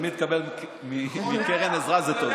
תמיד לקבל מקרן עזרה זה טוב.